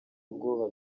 ubwo